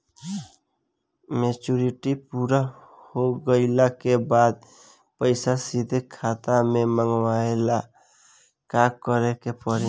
Maturity पूरा हो गइला के बाद पईसा सीधे खाता में मँगवाए ला का करे के पड़ी?